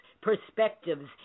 perspectives